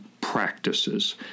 practices